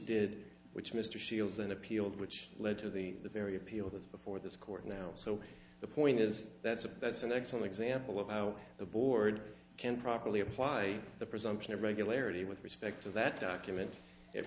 did which mr shields and appealed which led to the very appeal that's before this court now so the point is that's a that's an excellent example of how the board can properly apply the presumption of regularity with respect to that document